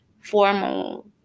formal